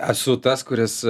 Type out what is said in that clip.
esu tas kuris